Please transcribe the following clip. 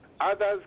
others